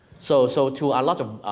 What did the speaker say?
so so, to a lot of,